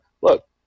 look